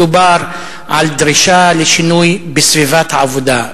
מדובר על דרישה לשינוי בסביבת העבודה,